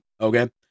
Okay